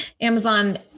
Amazon